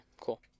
Cool